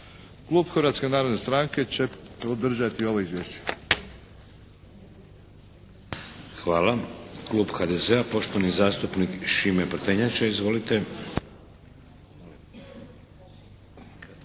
Klub Hrvatske narodne stranke će podržati ovo izvješće. **Šeks, Vladimir (HDZ)** Hvala. Klub HDZ-a, poštovani zastupnik Šime Prtenjača. Izvolite.